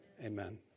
Amen